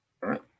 right